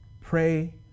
pray